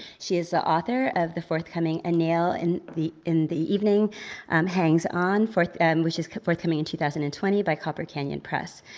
she is the author of the forthcoming a nail in the in the evening hangs on, which is forthcoming in two thousand and twenty by copper canyon press.